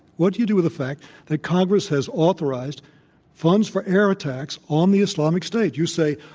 what do you do with the fact that congress has authorized funds for air attacks on the islamic state? you say,